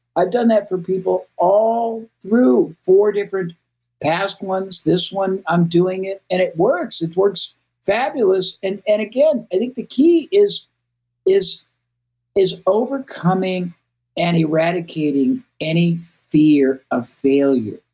i've done that for people all through four different past ones. this one, i'm doing it, and it works. it works fabulous. and and again, i think the key is is overcoming and eradicating any fear of failure.